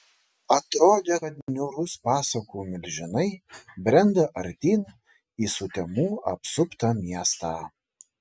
atrodė kad niūrūs pasakų milžinai brenda artyn į sutemų apsuptą miestą